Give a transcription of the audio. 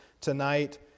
tonight